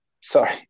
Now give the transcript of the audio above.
Sorry